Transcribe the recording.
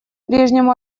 прежнему